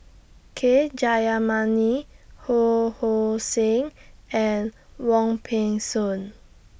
K Jayamani Ho Hong Sing and Wong Peng Soon